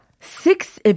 six